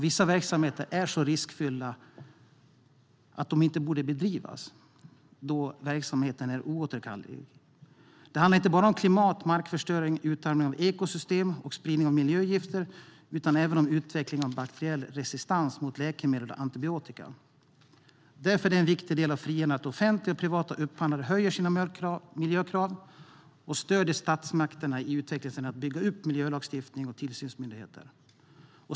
Vissa verksamheter är så riskfyllda att de inte borde bedrivas, då skadorna av dem är oåterkalleliga. Det handlar inte bara om klimat, markförstöring, utarmning av ekosystem och spridning av miljögifter utan även om utveckling av bakteriell resistens mot läkemedel och antibiotika. Därför är det en viktig del av frihandeln att offentliga och privata upphandlare höjer sina miljökrav och stöder statsmakterna i utvecklingsländer med att bygga upp miljölagstiftning och tillsynsmyndigheter.